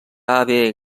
haver